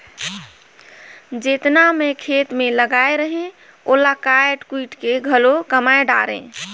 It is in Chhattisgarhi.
जेतना मैं खेत मे लगाए रहें ओला कायट कुइट के घलो कमाय डारें